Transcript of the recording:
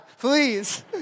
Please